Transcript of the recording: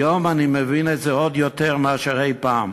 היום אני מבין את זה עוד יותר מאשר אי-פעם,